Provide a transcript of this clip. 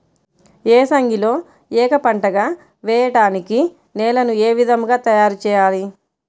ఏసంగిలో ఏక పంటగ వెయడానికి నేలను ఏ విధముగా తయారుచేయాలి?